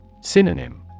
Synonym